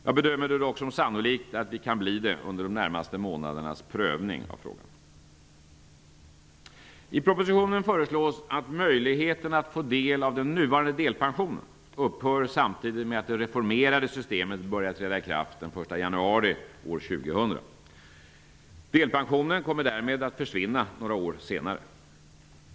Jag bedömer det dock som sannolikt att vi kan bli det under de närmaste månadernas prövning av frågan. I propositionen föreslås att möjligheten att få del av den nuvarande delpensionen upphör samtidigt med att det reformerade systemet börjar träda i kraft den 1 januari år 2000. Delpensionen kommer därmed att försvinna några år senare.